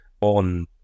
on